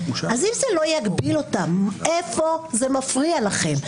אז אם זה לא יגביל אותם, איפה זה מפריע לכם?